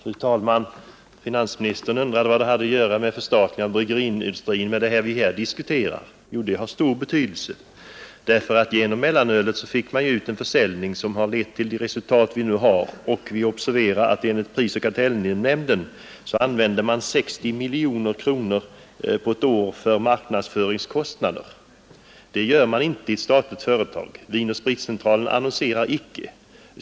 Fru talman! Finansministern undrade vad förstatligandet av bryggeriindustrin har med den fråga att göra som vi här diskuterar. Jo, de sakerna har mycket med varandra att göra. Genom mellanölet fick man i gång en försäljning, som har lett till de resultat som vi nu kan notera. Vi noterar också att enligt prisoch kartellnämnden användes 60 miljoner kronor på ett år för marknadsföring av mellanölet. Det gör man inte i ett statligt företag. Vinoch spritcentralen annonserar inte.